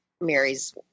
Mary's